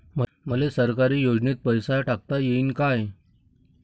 मले सरकारी योजतेन पैसा टाकता येईन काय?